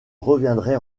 reviendrai